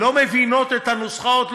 לא מבינות את הנוסחאות,